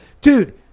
Dude